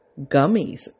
gummies